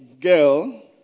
girl